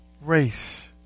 Race